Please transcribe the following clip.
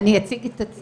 אני אציג את עצמי,